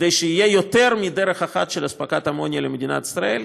כדי שתהיה יותר מדרך אחת של אספקת אמוניה למדינת ישראל,